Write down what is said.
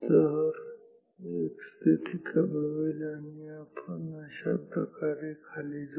तर x स्थिती कमी होईल आणि आपण अशाप्रकारे खाली जाऊ